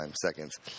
seconds